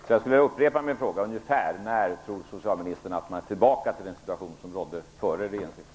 Jag vill alltså upprepa min fråga: När ungefär tror socialministern att vi är tillbaka i den situation vi befann oss i före regeringsskiftet?